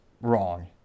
wrong